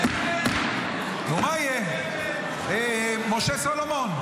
חבר הכנסת משה סולומון,